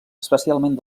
especialment